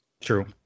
True